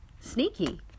Sneaky